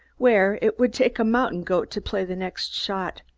where it would take a mountain goat to play the next shot.